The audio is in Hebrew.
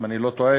אם אני לא טועה,